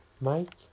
Mike